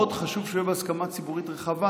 מאוד חשוב שהוא יהיה בהסכמה ציבורית רחבה,